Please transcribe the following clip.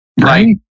Right